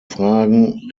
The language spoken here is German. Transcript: fragen